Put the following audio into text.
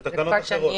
אלה תקנות אחרות,